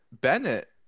Bennett